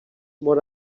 what